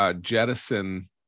jettison